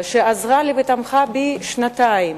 שעזרה לי ותמכה בי שנתיים,